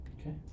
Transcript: okay